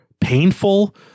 painful